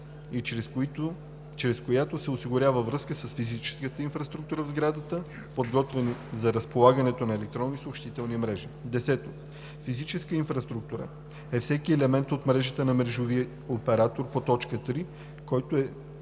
и чрез която се осигурява връзка с физическата инфраструктура в сградата, подготвена за разполагането на електронни съобщителни мрежи. 10. „Физическа инфраструктура“ е всеки елемент от мрежа на мрежови оператор по т. 3, който е